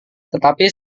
tetapi